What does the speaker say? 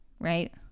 Right